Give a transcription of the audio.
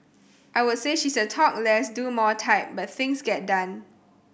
I would say she's a talk less do more type but things get done